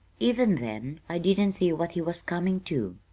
even then i didn't see what he was coming to.